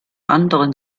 anderen